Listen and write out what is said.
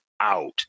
out